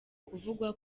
kuvugwa